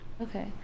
Okay